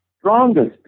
strongest